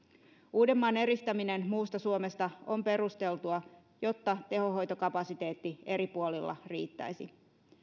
uudenmaan eristäminen muusta suomesta on perusteltua jotta tehohoitokapasiteetti eri puolilla riittäisi